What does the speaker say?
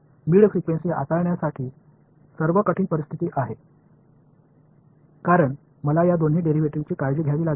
mid frequency हाताळण्यासाठी सर्वात कठीण परिस्थिती आहे कारण मला या दोन्ही डेरिव्हेटिव्ह्जची काळजी घ्यावी लागेल